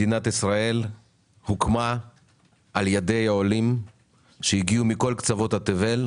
מדינת ישראל הוקמה על ידי העולים שהגיעו מכל קצוות התבל.